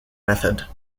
method